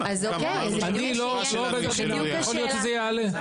יכול להיות שזה יעלה.